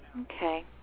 Okay